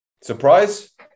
Surprise